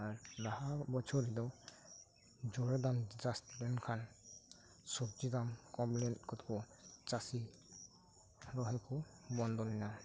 ᱞᱟᱦᱟ ᱵᱚᱪᱷᱚᱨ ᱫᱚ ᱡᱚᱨᱮ ᱫᱟᱱ ᱪᱟᱥ ᱞᱮᱱ ᱠᱷᱟᱱ ᱥᱚᱵᱽᱡᱤ ᱫᱟᱢ ᱠᱚᱢᱞᱮᱱ ᱛᱮᱠᱚ ᱪᱟᱹᱥᱤ ᱨᱚᱦᱚᱭ ᱠᱚ ᱵᱚᱱᱫᱚ ᱞᱮᱱᱟ